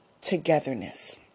Togetherness